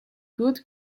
good